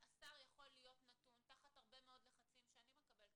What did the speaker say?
שחר השר יכול להיות נתון תחת הרבה מאוד לחצים שאני מקבלת